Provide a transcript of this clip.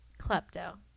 klepto